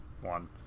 one